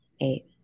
eight